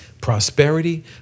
prosperity